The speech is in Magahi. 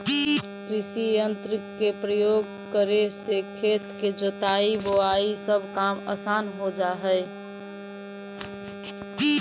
कृषियंत्र के प्रयोग करे से खेत के जोताई, बोआई सब काम असान हो जा हई